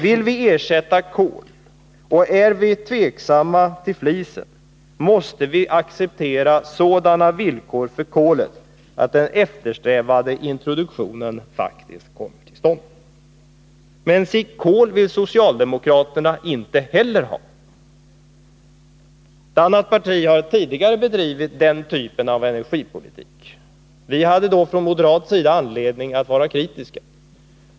Vill vi ersätta kol och är vi tveksamma till flis så måste vi acceptera sådana villkor för kolet att den eftersträvade introduktionen faktiskt kommer till stånd. Men socialdemokraterna vill inte heller ha kol. Ett annat parti har tidigare bedrivit den typen av energipolitik. Vi hade då från moderat sida anledning att vara kritiska.